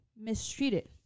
mistreated